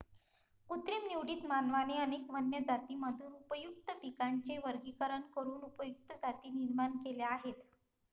कृत्रिम निवडीत, मानवाने अनेक वन्य जातींमधून उपयुक्त पिकांचे वर्गीकरण करून उपयुक्त जाती निर्माण केल्या आहेत